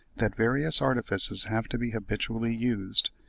that various artifices have to be habitually used.